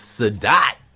the dot.